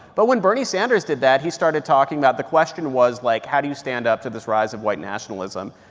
but when bernie sanders did that, he started talking about the question was, like, how do you stand up to this rise of white nationalism?